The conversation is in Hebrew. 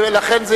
לא, לא,